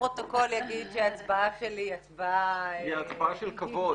לפרוטוקול אני אגיד שההצבעה שלי --- היא הצבעה של כבוד